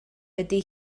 ydy